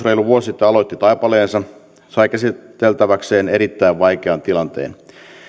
reilu vuosi sitten aloitti taipaleensa se sai käsiteltäväkseen erittäin vaikean tilanteen